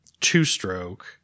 two-stroke